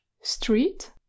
street